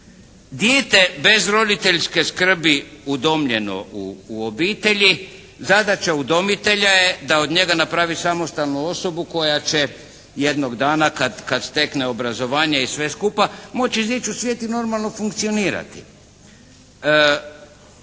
Dijete bez roditeljske skrbi udomljeno u obitelji zadaća udomitelja je da od njega napravi samostalnu osobu koja će jednog dana kad stekne obrazovanje i sve skupa moći izići u svijet i normalno funkcionirati.